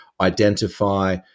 identify